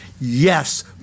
Yes